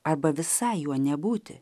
arba visai juo nebūti